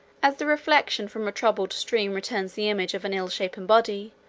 as the reflection from a troubled stream returns the image of an ill shapen body,